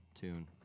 tune